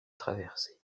traversée